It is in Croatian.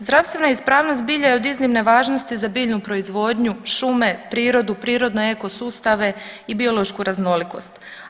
Zdravstvena ispravnost bilja je od iznimne važnosti za biljnu proizvodnju, šume, prirodu, prirodne ekosustave i biološku raznolikost.